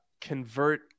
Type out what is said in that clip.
convert